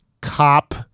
cop